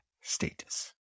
status